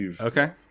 Okay